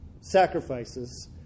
sacrifices